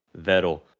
Vettel